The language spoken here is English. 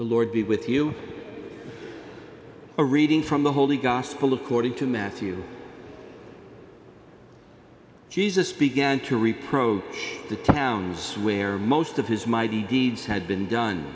the lord be with you a reading from the holy gospel according to matthew jesus began to reproach the towns where most of his mighty deeds had been done